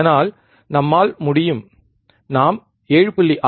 இதனால் நம்மால் முடியும் நாம் 7